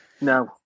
No